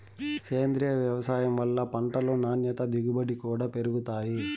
సేంద్రీయ వ్యవసాయం వల్ల పంటలు నాణ్యత దిగుబడి కూడా పెరుగుతాయి